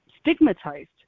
stigmatized